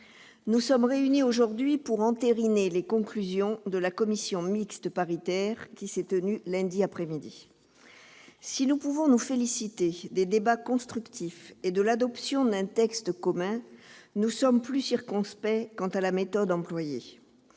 nous sommes réunis aujourd'hui pour entériner les conclusions de la commission mixte paritaire qui s'est tenue lundi après-midi. Si nous pouvons nous féliciter des débats constructifs et de l'adoption d'un texte commun, nous sommes plus circonspects quant à la méthode employée.